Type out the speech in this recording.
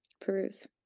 peruse